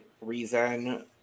reason